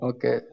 Okay